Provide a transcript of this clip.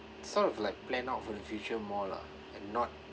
sort of like plan out for the future more lah and not